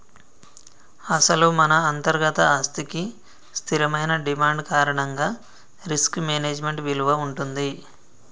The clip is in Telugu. అసలు మన అంతర్గత ఆస్తికి స్థిరమైన డిమాండ్ కారణంగా రిస్క్ మేనేజ్మెంట్ విలువ ఉంటుంది